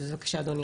אז בבקשה אדוני השר.